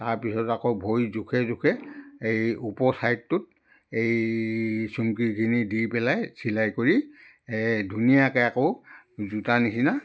তাৰপিছত আকৌ ভৰি জোখে জোখে এই ওপৰৰ চাইডটোত এই চুমকিখিনি দি পেলাই চিলাই কৰি এই ধুনীয়াকৈ আকৌ জোতা নিচিনা